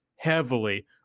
heavily